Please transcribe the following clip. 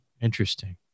Interesting